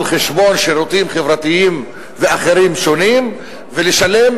על חשבון שירותים חברתיים ואחרים שונים ולשלם,